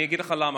אני אגיד לך למה,